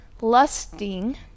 lusting